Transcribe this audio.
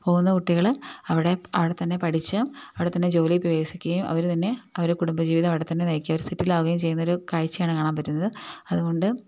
പോകുന്ന കുട്ടികള് അവിടെ അവിടെത്തന്നെ പഠിച്ച് അവിടെത്തന്നെ ജോലിയില് പ്രവേശിക്കുകയും അവര് തന്നെ അവര് കുടുംബജീവിതം അവിടെത്തന്നെ നയിക്കുകയും അവര് സെറ്റിലാകുകയും ചെയ്യുന്നൊരു കാഴ്ചയാണ് കാണാൻ പറ്റുന്നത് അതുകൊണ്ട്